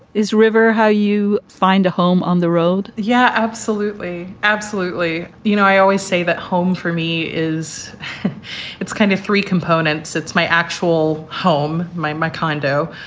is river how you find a home on the road? yeah, absolutely. absolutely. you know, i always say that home for me is it's kind of three components. it's my actual home. my my condo,